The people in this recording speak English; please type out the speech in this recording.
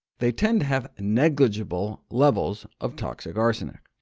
they tend to have negligible levels of toxic arsenic.